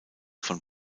von